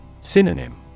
Synonym